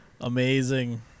Amazing